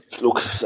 look